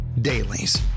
Dailies